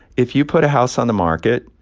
if you put a house on the market,